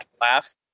laugh